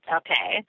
okay